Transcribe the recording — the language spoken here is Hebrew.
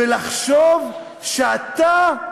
ולחשוב שאתה,